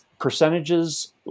percentages